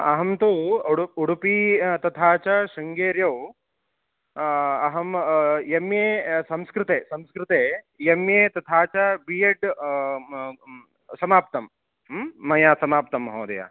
अहं तु उडुप् उडुपि तथा च शृङ्गेर्यौ अहं एम् ए संस्कृते संस्कृते एम् ए तथा च बि एड् समाप्तं म् मया समाप्तं महोदय